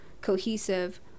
cohesive